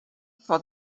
for